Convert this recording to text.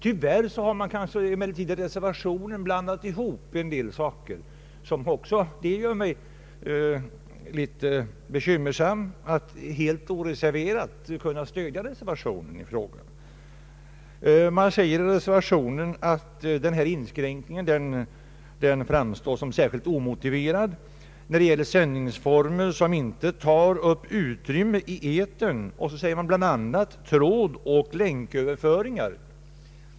Tyvärr har emellertid reservationen kanske blandat ihop en del frågor, vilket gör att jag är litet tveksain om jag helt oreserverat skall kunna stödja reservationen. Man säger i reservationen att inskränkningen framstår som särskilt omotiverad när det gäller sändningsformer som inte tar upp utrymme i etern, bl.a. trådoch länköverföringar.